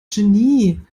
genie